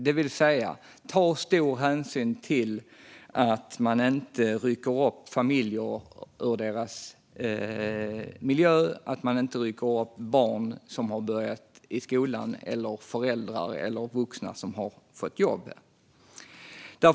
Det vill säga att man måste ta stor hänsyn, så att man inte rycker upp familjer ur deras miljö och så att man inte rycker upp barn som har börjat i skolan eller föräldrar eller vuxna som har fått jobb.